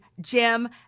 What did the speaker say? Jim